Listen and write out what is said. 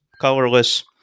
colorless